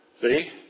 See